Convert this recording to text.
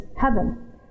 heaven